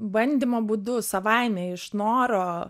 bandymo būdu savaime iš noro